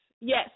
Yes